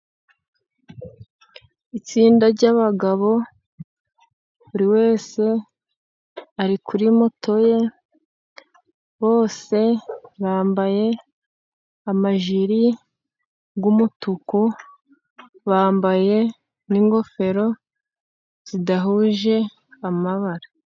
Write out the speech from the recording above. Itsinda ry'abagabo, buri wese ari kuri moto ye, bose bambaye amajiri y'umutuku bambaye n'ingofero zidahuje amabara.